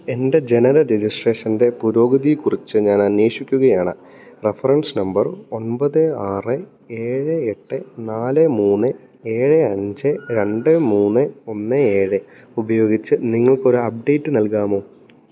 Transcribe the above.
എൻറ്റെ ജനന രജിസ്ട്രേഷൻറ്റെ പുരോഗതിയെക്കുറിച്ച് ഞാൻ അന്വേഷിക്കുകയാണ് റഫറൻസ് നമ്പർ ഒമ്പത് ആറ് ഏഴ് എട്ട് നാല് മൂന്ന് ഏഴ് അഞ്ച് രണ്ട് മൂന്ന് ഒന്ന് ഏഴ് ഉപയോഗിച്ച് നിങ്ങൾക്ക് ഒരു അപ്ഡേറ്റ് നൽകാമോ